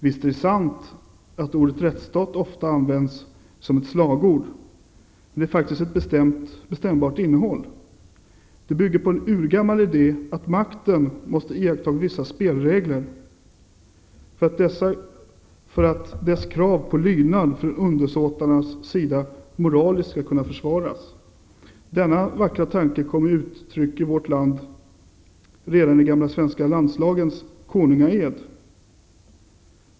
Visst är det sant att ordet rättsstat ofta används som ett slagord, men det har faktiskt ett bestämbart innehåll. Det bygger på en urgammal idé att makten måste iaktta vissa spelregler för att dess krav på lydnad från undersåtarnas sida moraliskt skall kunna försvaras. Denna vackra tanke kom i vårt land till uttryck redan i den gamla svenska landslagens konungaed.